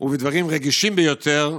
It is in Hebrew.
ובדברים רגישים ביותר,